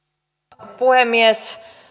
arvoisa puhemies